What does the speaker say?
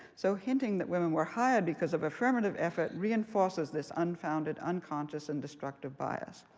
so hinting that women were hired because of affirmative effort reinforces this unfounded, unconscious, and destructive bias.